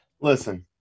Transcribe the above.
Listen